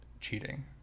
cheating